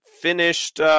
finished